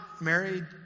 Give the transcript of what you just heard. married